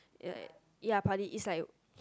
er ya partly it's like